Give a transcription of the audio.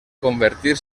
convertir